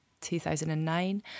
2009